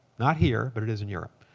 not here, but it is in europe.